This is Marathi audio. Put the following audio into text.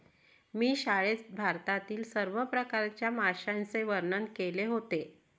मी शाळेत भारतातील सर्व प्रकारच्या माशांचे वर्णन केले होते